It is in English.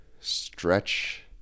stretch